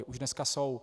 Už dneska jsou.